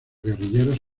guerrilleros